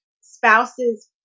spouses